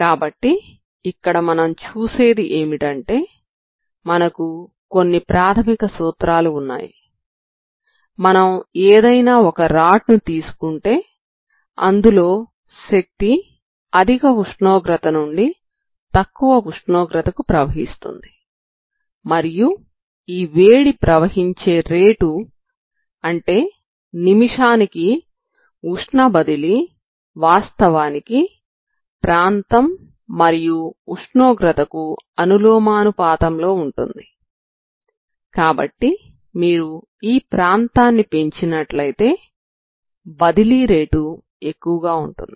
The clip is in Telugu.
కాబట్టి ఇక్కడ మనం చూసేది ఏమిటంటే మనకు కొన్ని ప్రాథమిక సూత్రాలు ఉన్నాయి మనం ఏదైనా ఒక రాడ్ ను తీసుకుంటే అందులో శక్తి అధిక ఉష్ణోగ్రత నుండి తక్కువ ఉష్ణోగ్రతకు ప్రవహిస్తుంది మరియు ఈ వేడి ప్రవహించే రేటు అంటే నిమిషానికి ఉష్ణ బదిలీ వాస్తవానికి ప్రాంతం మరియు ఉష్ణోగ్రతకు అనులోమానుపాతం లో ఉంటుంది కాబట్టి మీరు ఈ ప్రాంతాన్ని పెంచినట్లయితే బదిలీ రేటు ఎక్కువగా ఉంటుంది